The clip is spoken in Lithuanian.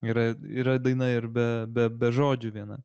yra yra daina ir be be be žodžių viena